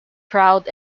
proud